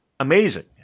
Amazing